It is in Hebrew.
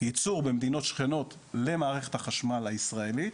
ייצור במדינות השכנות למערכת החשמל הישראלית.